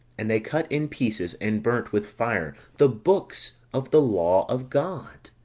and they cut in pieces, and burnt with fire the books of the law of god